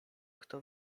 kto